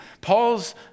Paul's